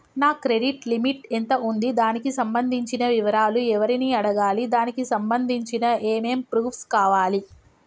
నా credit limit ఎంత ఉంది? దానికి సంబంధించిన వివరాలు ఎవరిని అడగాలి? దానికి సంబంధించిన ఏమేం ప్రూఫ్స్ కావాలి?